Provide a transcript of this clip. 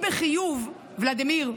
רואים בחיוב, ולדימיר,